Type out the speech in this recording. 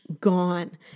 gone